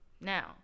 now